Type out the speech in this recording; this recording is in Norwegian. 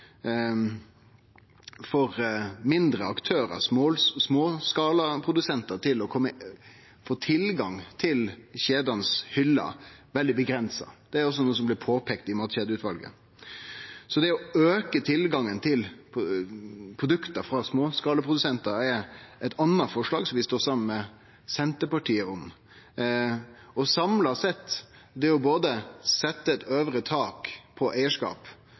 for mindre aktørar, småskalaprodusentar, til å få tilgang til kjedenes hyller veldig avgrensa. Det er også noko som blei påpeikt av Matkjedeutvalet. Det å auke tilgangen til produkt frå småskalaprodusentar er eit anna forslag, som vi står saman med Senterpartiet om. Samla sett: Det både å setje eit øvre tak på eigarskap